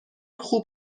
خوب